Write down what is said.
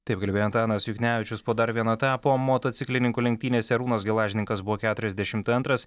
taip kalbėjo antanas juknevičius po dar vieno etapo motociklininkų lenktynėse arūnas gelažninkas buvo keturiasdešimt antras